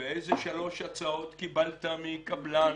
איזה שלוש הצעות קיבלת מקבלן?